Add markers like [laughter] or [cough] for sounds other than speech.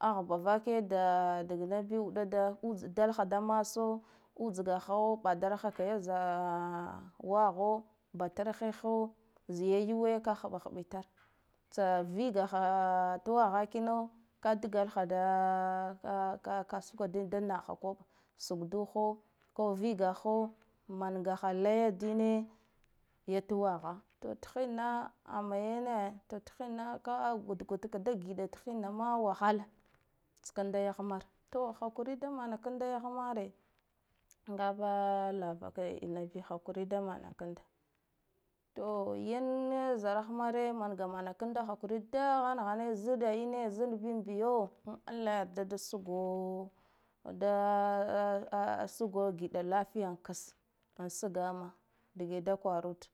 ahba vake da dagna bi uɗda utsdalaha masa ustgaho ɓada la ha ka waho ba tar he ho ya yuwe ka haɓɓa habbi tare, tsa vigaha a tuwa ha kina ka dgalaha da kasuk wa dina da naha laɓɓa sukduho ko viga hho mangha layya dine ya tuwahah thi nna amma yane to thinna ka gudgud ka da giɗa ma wahala tskanda yah mare haquri da mana kanda yah mare ngaba lava biya haquri da manakan da to yan zarah mare manga mara kanda haquri dahan kane zaɗa ina zaɗ bin biyo an allah ya yarda da sugo [hesitation] gida lafiya ka sgama dage da kwarad.